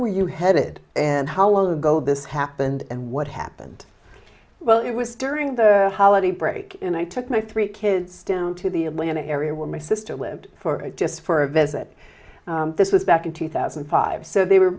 were you headed and how long ago this happened and what happened well it was during the holiday break and i took my three kids down to the atlanta area where my sister lived for just for a visit this was back in two thousand and five so they were